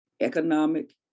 economic